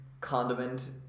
condiment